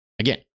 Again